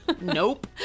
Nope